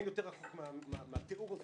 מה קרה?